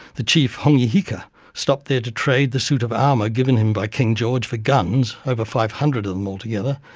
the chief um yeah like ah stopped there to trade the suit of armour um ah given him by king george for guns, over five hundred of them altogether,